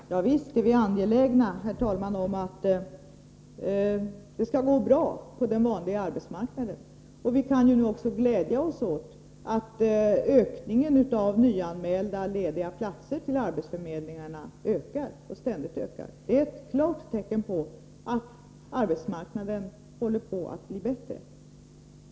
Herr talman! Visst är vi angelägna om att det skall gå bra på den vanliga arbetsmarknaden. Vi kan ju nu också glädja oss åt att antalet nyanmälda lediga platser till arbetsförmedlingarna ständigt ökar. Det är ett klart tecken på att arbetsmarknaden håller på att bli bättre.